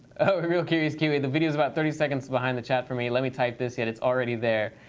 oh, realcuriousqe, the video is about thirty seconds behind the chat for me. let me type this in. it's already there.